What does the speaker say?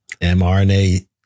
mRNA